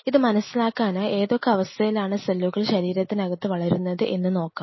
ഇത് മനസ്സിലാക്കാനായി ഏതൊക്കെ അവസ്ഥയിലാണ് സെല്ലുകൾ ശരീരത്തിനകത്ത് വളരുന്നത് എന്ന് നോക്കാം